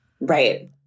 Right